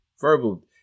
verbal